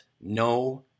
no